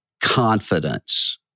confidence